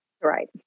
Right